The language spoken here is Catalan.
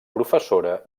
professora